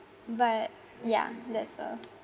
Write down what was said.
but ya that's the